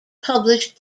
published